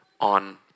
on